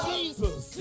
Jesus